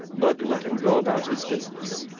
but let him go about his business.